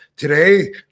Today